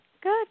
Good